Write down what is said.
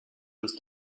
with